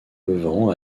levens